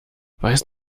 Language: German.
weißt